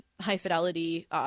high-fidelity